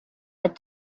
had